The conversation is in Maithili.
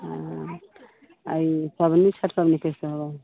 हँ आ ई पाबनि छठि पाबनि कैसे होबऽ हइ